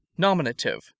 Nominative